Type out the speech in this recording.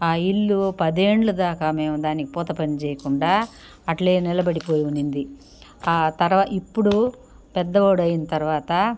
ఇల్లు పదేండ్ల దాకా మేము దానికి పూత పనిజేయకుండా అట్లే నిలబడిపోయివునింది తర్వాత ఇప్పుడు పెద్దోడైన తర్వాత